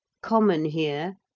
common here.